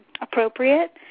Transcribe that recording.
appropriate